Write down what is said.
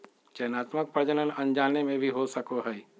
चयनात्मक प्रजनन अनजाने में भी हो सको हइ